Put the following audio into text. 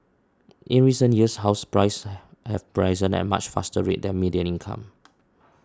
in recent years house prices have risen at a much faster rate than median incomes